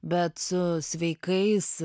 bet su sveikais